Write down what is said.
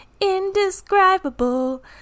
Indescribable